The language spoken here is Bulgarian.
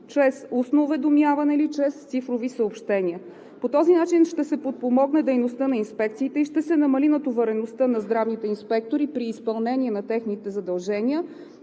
чрез устно уведомяване или чрез цифрови съобщения. По този начин ще се подпомогне дейността на инспекциите и ще се намали натовареността на здравните инспектори при изпълнение на техните задължения